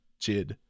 Jid